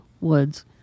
woods